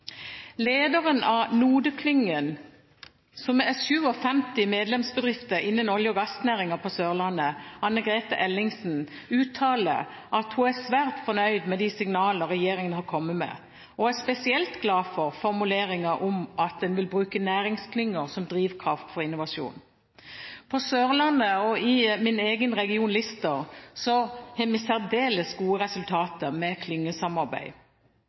Lederen av NODE-klyngen – 57 medlemsbedrifter innen olje- og gassnæringen på Sørlandet – Anne Grete Ellingsen, uttaler at hun er svært fornøyd med de signaler regjeringen har kommet med, og er spesielt glad for formuleringen om at en vil bruke næringsklynger som drivkraft for innovasjon. På Sørlandet og i min egen region Lister har vi særdeles gode resultater med klyngesamarbeid.